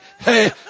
hey